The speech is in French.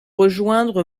rejoindre